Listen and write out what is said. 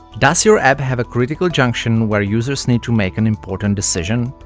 does your app have a critical junction where users need to make an important decision?